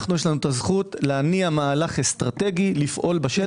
יש לנו אפשרות להניע מהלך אסטרטגי, לפעול בשטח.